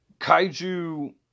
kaiju